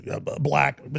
black